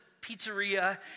pizzeria